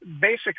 basic